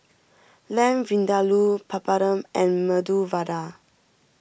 Lamb Vindaloo Papadum and Medu Vada